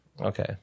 Okay